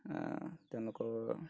তেওঁলোকৰ